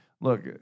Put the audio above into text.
Look